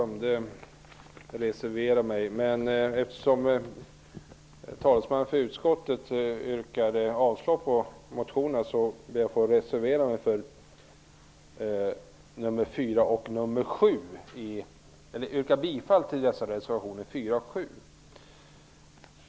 Herr talman! Jag glömde yrka bifall till reservationerna 4 och 7 i betänkandet. Jag ber att få göra det nu.